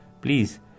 please